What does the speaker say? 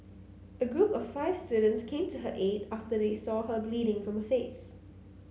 a group of five students came to her aid after they saw her bleeding from her face